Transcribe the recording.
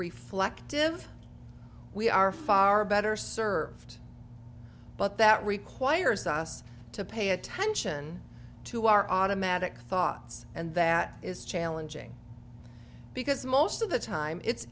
reflective we are far better served but that requires us to pay attention to our automatic thoughts and that is challenging because most of the time it's